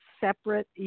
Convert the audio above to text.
separate